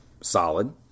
Solid